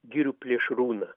girių plėšrūną